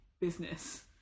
business